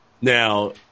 Now